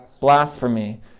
blasphemy